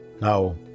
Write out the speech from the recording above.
Now